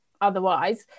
otherwise